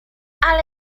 ale